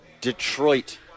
Detroit